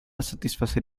satisfacer